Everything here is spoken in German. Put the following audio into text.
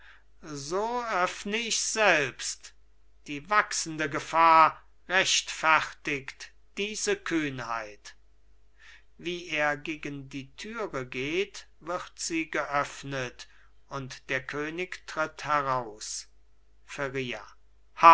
so öffn ich selbst die wachsende gefahr rechtfertigt diese kühnheit wie er gegen die türe geht wird sie geöffnet und der könig tritt heraus